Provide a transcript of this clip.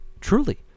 truly